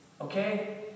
Okay